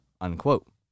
unquote